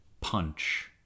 punch